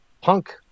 Punk